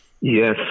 Yes